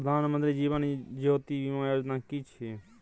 प्रधानमंत्री जीवन ज्योति बीमा योजना कि छिए?